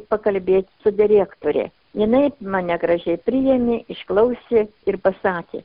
pakalbėt su direktore jinai mane gražiai priėmė išklausė ir pasakė